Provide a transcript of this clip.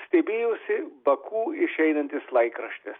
stebėjosi baku išeinantis laikraštis